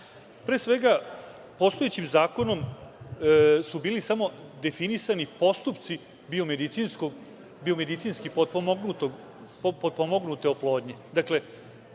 Pre svega, postojećim zakonom su bili samo definisani postupci biomedicinski potpomognute oplodnje.